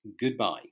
goodbye